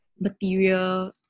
material